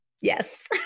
Yes